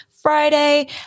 Friday